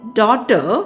daughter